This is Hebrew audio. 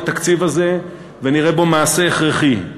על התקציב הזה ונראה בו מעשה הכרחי,